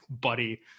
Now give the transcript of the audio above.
buddy